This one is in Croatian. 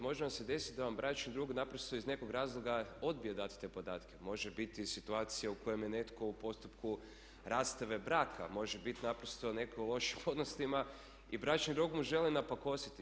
Može vam se desiti da vam bračni drug naprosto iz nekog razloga odbije dati te podatke, može biti situacija u kojem je netko u postupku rastave braka, može bit naprosto netko u lošim odnosima i bračni drug mu želi napakostiti.